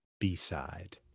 B-Side